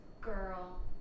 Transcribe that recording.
girl